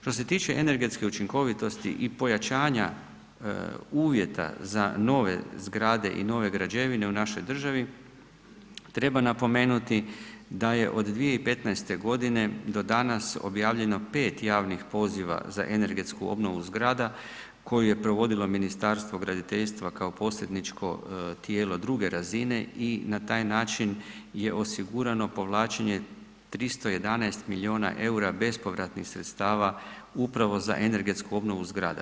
Što se tiče energetske učinkovitosti i pojačanja uvjeta za nove zgrade i nove građevine u našoj državi treba napomenuti da je od 2015. godine do danas objavljeno 5 javnih poziva za energetsku obnovu zgradu koju je provodilo Ministarstvo graditeljstva kao posredničko tijelo druge razine i na taj način je osigurano povlačenje 311 miliona EUR-a bespovratnih sredstava upravo za energetsku obnovu zgrada.